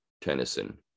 Tennyson